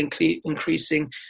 increasing